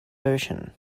version